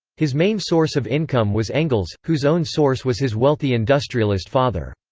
his main source of income was engels, whose own source was his wealthy industrialist father.